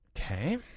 Okay